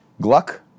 Gluck